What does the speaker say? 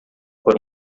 por